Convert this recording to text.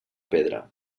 pedra